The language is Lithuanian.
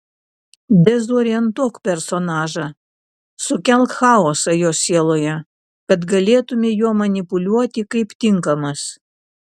dezorientuok personažą sukelk chaosą jo sieloje kad galėtumei juo manipuliuoti kaip tinkamas